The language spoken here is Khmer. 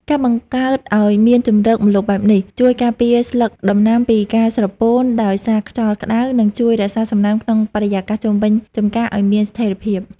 ការបង្កើតឱ្យមានជម្រកម្លប់បែបនេះ ជួយការពារស្លឹកដំណាំពីការស្រពោនដោយសារខ្យល់ក្ដៅ និងជួយរក្សាសំណើមក្នុងបរិយាកាសជុំវិញចម្ការឱ្យមានស្ថិរភាព។